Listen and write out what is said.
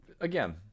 again